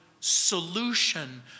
solution